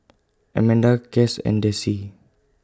Amanda Cas and Desi